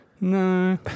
No